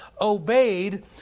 obeyed